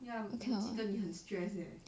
ya 我曾记得你很 stress eh